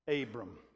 Abram